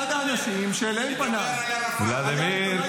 האנשים ------ ולדימיר,